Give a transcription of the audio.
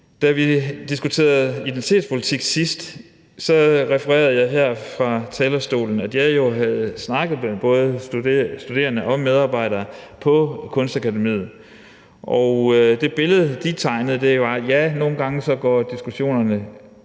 Da vi diskuterede identitetspolitik sidst, refererede jeg her fra talerstolen, at jeg jo havde snakket med både studerende og medarbejdere på Kunstakademiet, og det billede, de tegnede, var, at ja, nogle gange går bølgerne i diskussionerne